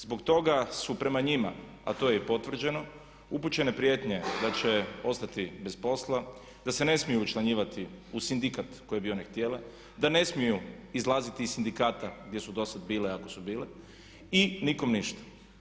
Zbog toga su prema njima a to je i potvrđeno upućene prijetnje da će ostati bez posla, da se ne smiju učlanjivati u sindikat koji bi one htjele, da ne smiju izlaziti iz sindikata gdje su dosad bile ako su bile i nikom ništa.